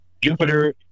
Jupiter